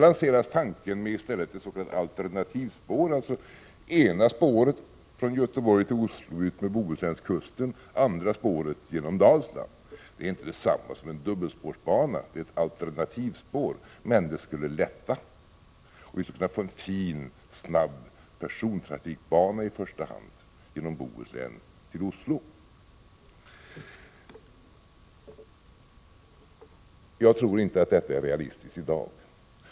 Göteborg till Oslo utmed Bohuskusten, andra spåret genom Dalsland. Det är — Prot. 1986/87:113 inte detsamma som en dubbelspårsbana — det är ett alternativspår, men det 29 april 1987 skulle lätta, och vi skulle kunna få en fin, snabb bana för i första hand persontrafik genom Bohuslän till Oslo. Jag tror inte att detta är realistiskt i dag.